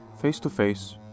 Face-to-Face